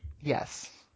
Yes